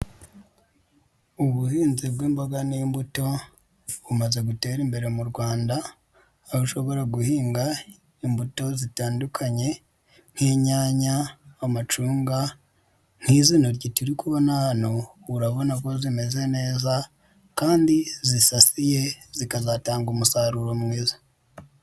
Ubuhinzi bw'imboga n'imbuto bumaze gutera imbere mu Rwanda, aho ushobora guhinga imbuto zitandukanye nk'inyanya, amacunga nk'izi ntoryi turi kubona hano urabona ko zimeze neza kandi zisasiye zikazatanga umusaruro mwiza.